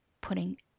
putting